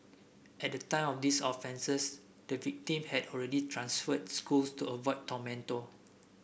at the time of these offences the victim had already transferred schools to avoid her tormentor